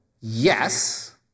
yes